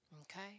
Okay